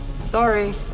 Sorry